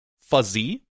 fuzzy